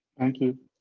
thank you.